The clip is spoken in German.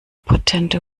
potente